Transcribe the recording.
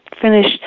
finished